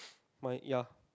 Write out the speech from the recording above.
mine ya